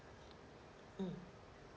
mm